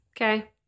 Okay